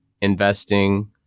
investing